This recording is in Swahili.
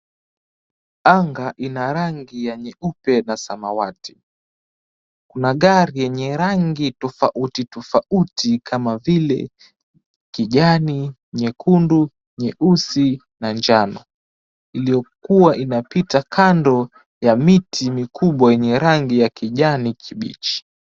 Anga ina rangi ya nyeupe na samawati. Kuna gari yenye rangi tofauti tofauti kama vile kijani, nyekundu, nyeusi na njano, iliyokuwa inapita kando ya miti mikubwa yenye rangi ya kijani kibichi.